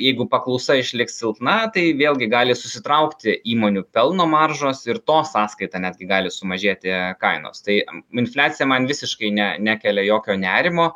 jeigu paklausa išliks silpna tai vėlgi gali susitraukti įmonių pelno maržos ir to sąskaita netgi gali sumažėti kainos tai infliacija man visiškai ne nekelia jokio nerimo